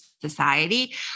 society